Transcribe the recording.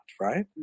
right